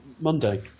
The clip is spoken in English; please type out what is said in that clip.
Monday